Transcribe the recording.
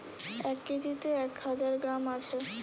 এক কেজিতে এক হাজার গ্রাম আছে